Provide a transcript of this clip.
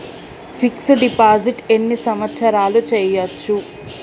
Fix డ్ deposit ఎన్ని సంవత్సరాలు చేయచ్చు?